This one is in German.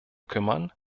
kümmern